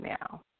now